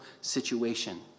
situation